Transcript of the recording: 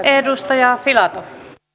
edustaja filatov